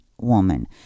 Woman